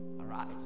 Arise